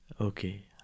Okay